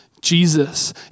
Jesus